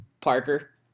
Parker